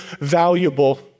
valuable